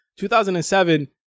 2007